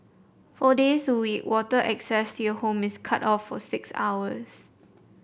four days a week water access your home is cut for six hours